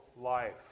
life